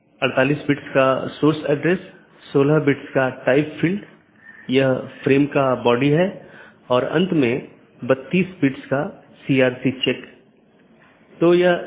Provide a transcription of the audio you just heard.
तो IBGP speakers की तरह AS के भीतर पूर्ण मेष BGP सत्रों का मानना है कि एक ही AS में साथियों के बीच एक पूर्ण मेष BGP सत्र स्थापित किया गया है